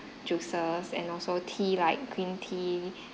juices and also tea like green tea